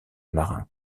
marin